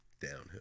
downhill